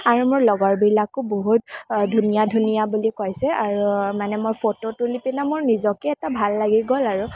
আৰু মোৰ লগৰ বিলাকেও বহুত ধুনীয়া ধুনীয়া বুলি কৈছে আৰু মানে মই ফটো তুলি পেনে মোৰ নিজকে এটা ভাল লাগি গ'ল আৰু